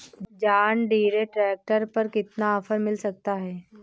John Deere tractor पर कितना offer मिल सकता है?